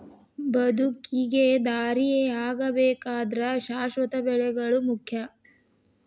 ಬದುಕಿಗೆ ದಾರಿಯಾಗಬೇಕಾದ್ರ ಶಾಶ್ವತ ಬೆಳೆಗಳು ಮುಖ್ಯ